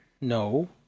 No